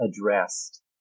addressed